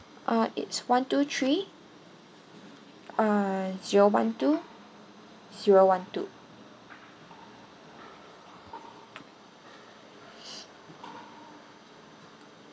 uh it's one two three uh zero one two zero one two